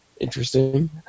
interesting